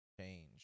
change